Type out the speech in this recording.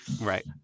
right